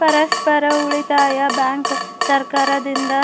ಪರಸ್ಪರ ಉಳಿತಾಯ ಬ್ಯಾಂಕ್ ಸರ್ಕಾರದಿಂದ